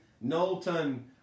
Knowlton